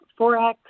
Forex